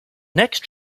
next